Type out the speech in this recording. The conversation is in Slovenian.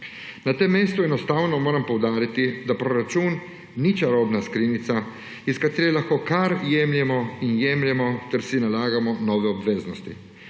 Na tem mestu enostavno moram poudariti, da proračun ni čarobna skrinjica, iz katere lahko kar jemljemo in jemljemo ter si nalagamo nove obveznosti.